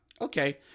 Okay